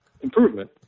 improvement